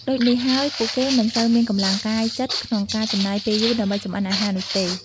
ដូចនេះហើយពួកគេមិនសូវមានកម្លាំងកាយចិត្តក្នុងការចំណាយពេលយូរដើម្បីចម្អិនអាហារនោះទេ ។